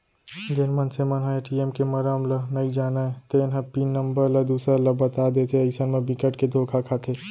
जेन मनसे मन ह ए.टी.एम के मरम ल नइ जानय तेन ह पिन नंबर ल दूसर ल बता देथे अइसन म बिकट के धोखा खाथे